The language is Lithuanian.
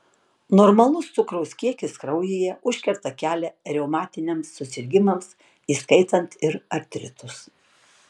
normalus cukraus kiekis kraujyje užkerta kelią reumatiniams susirgimams įskaitant ir artritus